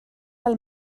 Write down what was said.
pel